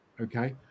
okay